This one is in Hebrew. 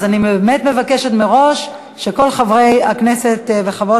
אני באמת מבקשת מראש מכל חברי הכנסת וחברות